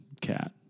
cat